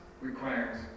requires